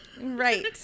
Right